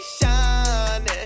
shining